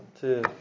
Two